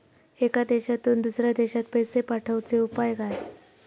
एका देशातून दुसऱ्या देशात पैसे पाठवचे उपाय काय?